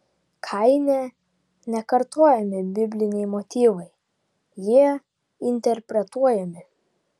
kaine nekartojami bibliniai motyvai jie interpretuojami